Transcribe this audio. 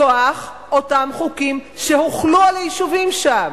מכוח אותם חוקים שהוחלו על היישובים שם,